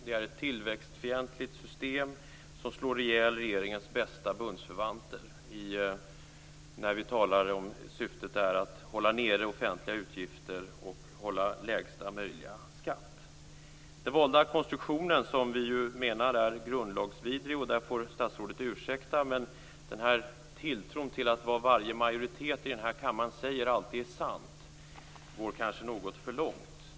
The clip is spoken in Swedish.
Det är ett tillväxtfientligt system som slår ihjäl regeringens bästa bundsförvanter när vi talar om att syftet är att hålla nere offentliga utgifter och hålla lägsta möjliga skatt. Den valda konstruktionen är grundlagsvidrig. Statsrådet får ursäkta, men tilltron till att vad varje majoritet i denna kammare säger alltid är sant går kanske något för långt.